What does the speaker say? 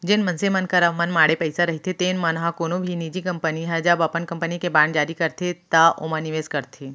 जेन मनसे मन करा मनमाड़े पइसा रहिथे तेन मन ह कोनो भी निजी कंपनी ह जब अपन कंपनी के बांड जारी करथे त ओमा निवेस करथे